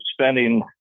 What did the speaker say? spending